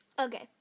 Okay